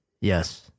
yes